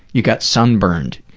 you got sunburned.